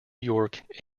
york